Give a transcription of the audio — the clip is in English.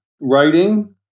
writing